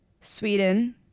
Sweden